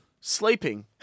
Sleeping